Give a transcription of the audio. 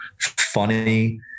funny